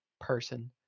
person